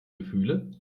gefühle